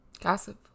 Gossip